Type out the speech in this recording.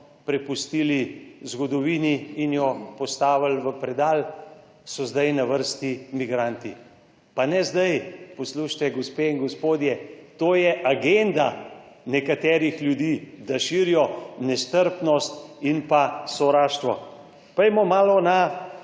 prepustili zgodovini in jo postavili v predal, so zdaj na vrsti migranti. Pa ne zdaj, poslušajte, gospe in gospodje, to je agenda nekaterih ljudi, da širijo nestrpnost in sovraštvo. Pojdimo malo na